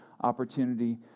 opportunity